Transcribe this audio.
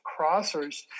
crossers